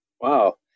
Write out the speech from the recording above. Wow